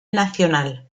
nacional